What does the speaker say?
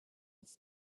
its